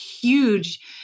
huge